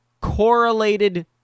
correlated